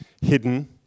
hidden